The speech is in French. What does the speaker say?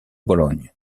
bologne